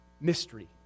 Mystery